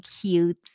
cute